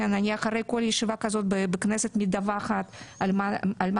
אני אחרי כל ישיבה כזאת בכנסת מדווחת על מה